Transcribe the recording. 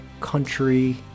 country